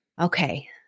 okay